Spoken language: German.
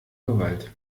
gewalt